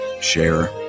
share